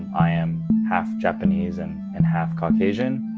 i am half japanese and and half caucasian,